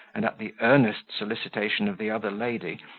and at the earnest solicitation of the other lady,